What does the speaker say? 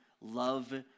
love